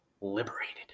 liberated